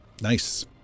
Nice